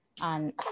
on